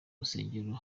rusengero